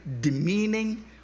demeaning